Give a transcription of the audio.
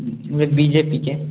B J P के